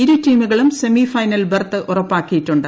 ഇരു ടീമുകളും semi final berth ഉറപ്പാക്കിയിട്ടുണ്ട്